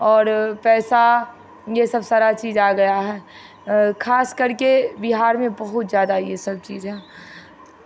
और पैसा ये सब सारा चीज़ आ गया है खास कर के बिहार में बहुत ज़्यादा ये सब चीज़ है